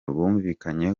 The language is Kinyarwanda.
bumvikanye